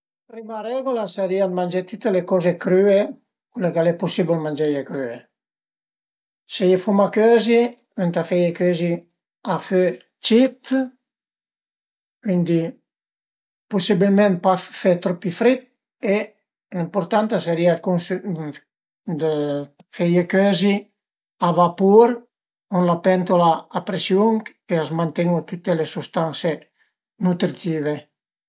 Prima regula a sarìa dë mangé tüte le coze crüe, chule ch'al e pusibil mangeie crüe, se ie fuma cözi ëntà feie cözi a fö cit, cuindi pusibilment pa fe tropi frit e l'ëmpurtant a sarìa dë cunsümé, dë feie cözi a vapur, ën la pentula a presiun përché a s'mantenu tüte le sustanse nutritive